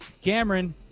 Cameron